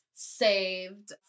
saved